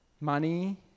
money